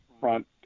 front